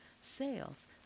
Sales